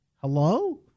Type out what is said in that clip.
hello